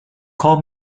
call